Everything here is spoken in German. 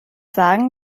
sagen